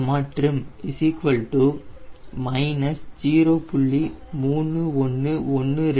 428 e trim 0